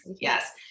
Yes